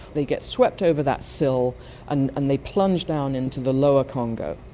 they get swept over that sill and and they plunge down into the lower congo.